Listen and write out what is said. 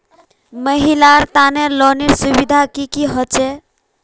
महिलार तने लोनेर सुविधा की की होचे?